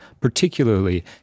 particularly